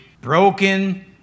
broken